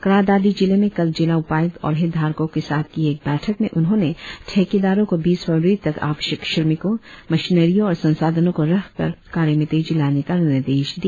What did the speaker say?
क्रा दादी जिले में कल जिला उपायुक्त और हितधारको के साथ किए एक बैठक में उन्होंने ठेकेदारों को बीस फरवरी तक आवश्यक श्रमिकों मशिनरियों और संसाधनों को रखकर कार्य में तेजी लाने का निर्देश दिया